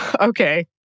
Okay